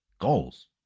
goals